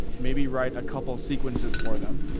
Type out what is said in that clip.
maybe write a couple of sequences for them.